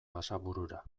basaburura